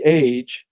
age